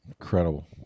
Incredible